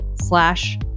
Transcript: slash